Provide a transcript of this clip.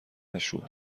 مشروب